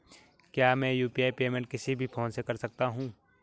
क्या मैं UPI payment किसी भी फोन से कर सकता हूँ?